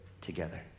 together